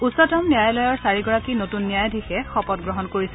উচ্চতম ন্যায়ালয়ৰ চাৰিগৰাকী নতুন ন্যায়াধীশে শপতগ্ৰহণ কৰিছে